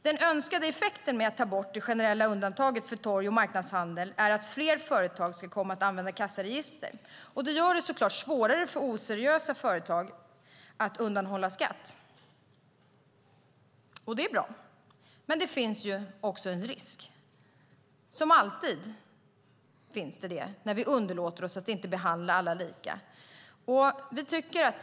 Den önskade effekten med att ta bort det generella undantaget för torg och marknadshandel är att fler företag ska komma att använda kassaregister. Detta gör det så klart svårare för oseriösa företag att undanhålla skatt, och det är bra. Men som alltid när vi underlåter att behandla alla lika finns det också en risk.